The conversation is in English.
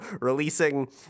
releasing